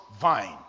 vine